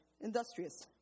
industrious